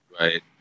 right